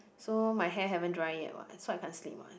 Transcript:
so my hair haven't dry yet what so I can't sleep what